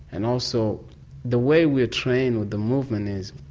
and also the way we are trained with the movement is,